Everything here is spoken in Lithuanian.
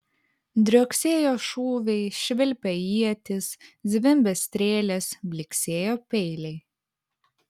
drioksėjo šūviai švilpė ietys zvimbė strėlės blyksėjo peiliai